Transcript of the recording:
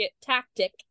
tactic